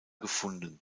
gefunden